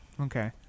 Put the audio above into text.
Okay